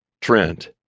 Trent